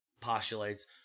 postulates